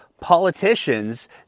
politicians